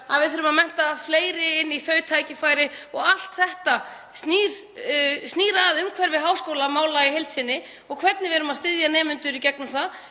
við þurfum að mennta fleiri fyrir þau tækifæri. Allt þetta snýr að umhverfi háskólamála í heild sinni og hvernig við erum að styðja nemendur í gegnum það,